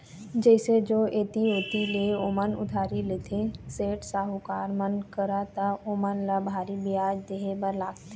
जइसे जो ऐती ओती ले ओमन उधारी लेथे, सेठ, साहूकार मन करा त ओमन ल भारी बियाज देहे बर लागथे